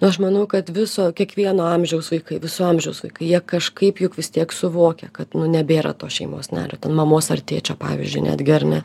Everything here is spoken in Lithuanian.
aš manau kad viso kiekvieno amžiaus vaikai visų amžiaus vaikai jie kažkaip juk vis tiek suvokia kad nebėra to šeimos nario ten mamos ar tėčio pavyzdžiui netgi ar ne